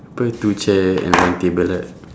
apa two chair and one table lah